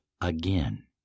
again